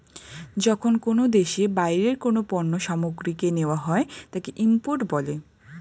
যখন কোনো দেশে বাইরের কোনো পণ্য সামগ্রীকে নেওয়া হয় তাকে ইম্পোর্ট বলে